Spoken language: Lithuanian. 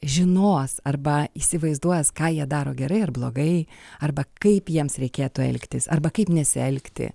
žinos arba įsivaizduos ką jie daro gerai ar blogai arba kaip jiems reikėtų elgtis arba kaip nesielgti